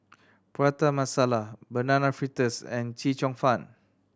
Prata Masala Banana Fritters and Chee Cheong Fun